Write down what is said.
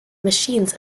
machines